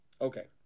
Okay